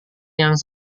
yang